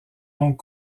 donc